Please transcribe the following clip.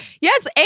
yes